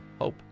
hope